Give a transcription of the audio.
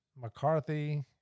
McCarthy